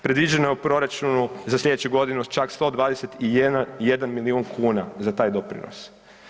Predviđeno je u proračunu za slijedeću godinu čak 121 milijun kuna za taj doprinos.